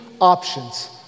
options